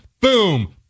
Boom